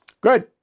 Good